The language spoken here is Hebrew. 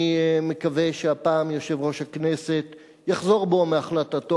אני מקווה שהפעם יושב-ראש הכנסת יחזור בו מהחלטתו